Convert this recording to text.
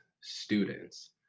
students